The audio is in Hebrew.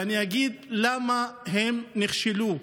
ואני אגיד למה הם נכשלו: